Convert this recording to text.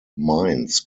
mines